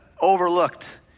overlooked